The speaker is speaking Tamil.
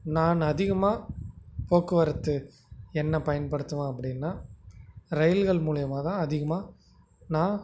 நான் அதிகமாக போக்குவரத்து என்ன பயன்படுத்துவதன் அப்படினா ரயில்கள் மூலயமாதான் அதிகமாக நான்